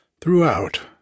Throughout